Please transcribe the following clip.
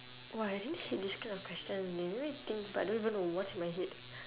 !wah! I really hate this kind of question they make me think but I don't even know what's inside my head